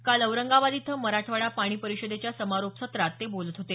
काल औरंगाबाद इथं मराठवाडा पाणी परिषदेच्या समारोप सत्रात ते बोलत होते